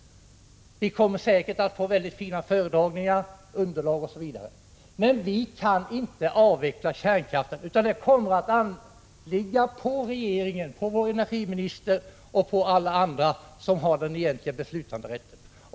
Vi kommer säkerligen att få mycket fina föredragningar, underlag osv., men vi kan inte avveckla kärnkraften, utan det ankommer på regeringen, på energiministern och på alla andra som har den egentliga beslutanderätten.